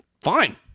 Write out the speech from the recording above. Fine